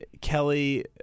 Kelly